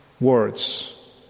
words